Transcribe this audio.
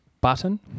button